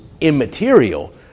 immaterial